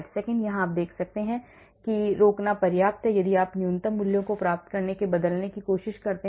आप कैसे जानते हैं कि इसे रोकना पर्याप्त है यदि आप न्यूनतम मूल्यों को प्राप्त करने तक बदलने की कोशिश करते रहें